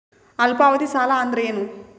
ಅಲ್ಪಾವಧಿ ಸಾಲ ಅಂದ್ರ ಏನು?